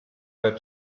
read